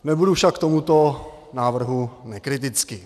Nebudu však k tomuto návrhu nekritický.